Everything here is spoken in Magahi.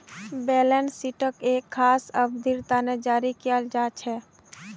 बैलेंस शीटक एक खास अवधिर तने जारी कियाल जा छे